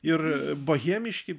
ir bohemiški